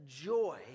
joy